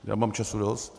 Já mám času dost...